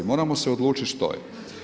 Moramo se odlučiti što je.